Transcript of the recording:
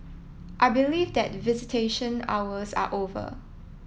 I believe that visitation hours are over